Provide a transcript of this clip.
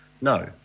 No